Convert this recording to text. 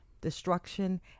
destruction